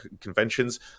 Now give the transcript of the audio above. conventions